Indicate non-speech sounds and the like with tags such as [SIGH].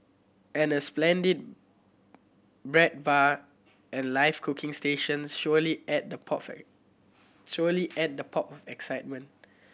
and a splendid bread bar and live cooking stations surely add the pop [UNINTELLIGIBLE] surely add the pop of excitement